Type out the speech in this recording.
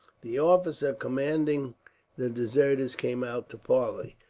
the officer commanding the deserters came out to parley,